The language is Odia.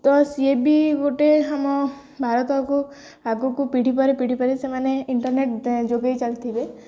ତ ସିଏ ବି ଗୋଟେ ଆମ ଭାରତକୁ ଆଗକୁ ପିଢ଼ି ପରେ ପିଢ଼ି ପରେ ସେମାନେ ଇଣ୍ଟରନେଟ ଯୋଗେଇ ଚାଲିଥିବେ